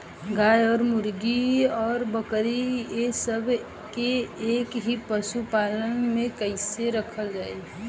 गाय और मुर्गी और बकरी ये सब के एक ही पशुपालन में कइसे रखल जाई?